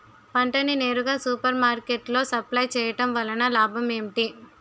పంట ని నేరుగా సూపర్ మార్కెట్ లో సప్లై చేయటం వలన లాభం ఏంటి?